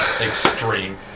extreme